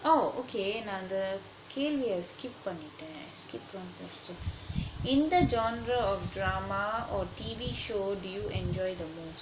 oh okay நான் அந்த கேள்விய:nan antha kelviya skip எபண்ணிடேன்:panniten I skipped one question in the genre of drama or T_V show do you enjoy the most